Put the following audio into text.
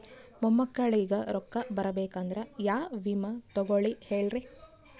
ಮೊಮ್ಮಕ್ಕಳಿಗ ರೊಕ್ಕ ಬರಬೇಕಂದ್ರ ಯಾ ವಿಮಾ ತೊಗೊಳಿ ಹೇಳ್ರಿ?